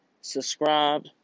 subscribe